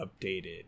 updated